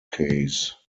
case